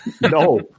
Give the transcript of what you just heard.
No